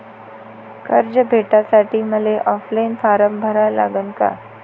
कर्ज भेटासाठी मले ऑफलाईन फारम भरा लागन का?